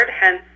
hence